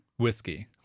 Whiskey